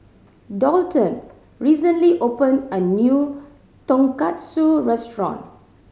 Daulton recently opened a new Tonkatsu Restaurant